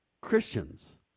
Christians